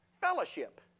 Fellowship